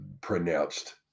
pronounced